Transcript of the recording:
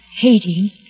hating